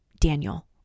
Daniel